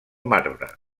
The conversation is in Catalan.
marbre